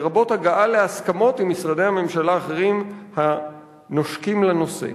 לרבות הגעה להסכמות עם משרדי הממשלה האחרים הנושקים לנושא.